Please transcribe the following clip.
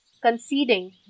conceding